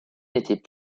n’était